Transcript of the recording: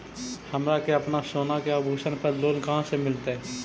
हमरा के अपना सोना के आभूषण पर लोन कहाँ से मिलत?